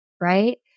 right